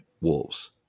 wolves